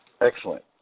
Excellent